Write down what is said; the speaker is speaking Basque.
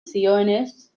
zioenez